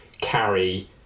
carry